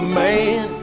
man